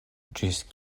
ĝis